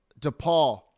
DePaul